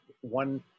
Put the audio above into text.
One